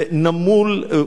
ונמול,